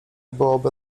byłoby